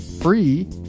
free